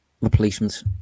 replacement